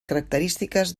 característiques